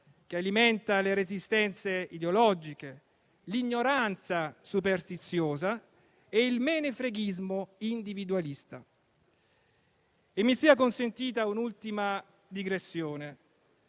che alimenta le resistenze ideologiche, l'ignoranza superstiziosa e il menefreghismo individualista. Mi sia consentita un'ultima digressione.